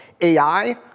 AI